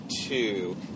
two